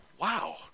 wow